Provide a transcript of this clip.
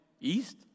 east